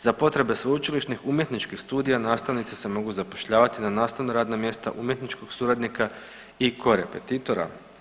Za potrebe sveučilišnih umjetničkih studija nastavnici se mogu zapošljavati na nastavna radna mjesta umjetničkog suradnika i korepetitora.